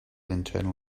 internal